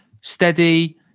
Steady